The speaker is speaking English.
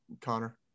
Connor